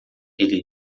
ele